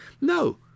No